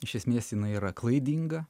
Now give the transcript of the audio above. iš esmės jinai yra klaidinga